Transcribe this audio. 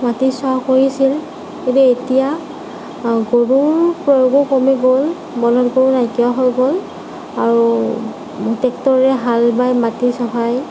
মাটি চাহ কৰিছিল কিন্তু এতিয়া গৰুৰ প্ৰয়োগো কমি গ'ল বলধ গৰু নাইকিয়া হৈ গ'ল ট্ৰেক্টৰে হাল বায় মাটি চহায়